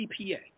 CPA